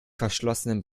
verschlossenen